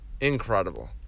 Incredible